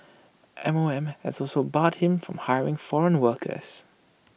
M O M has also barred him from hiring foreign workers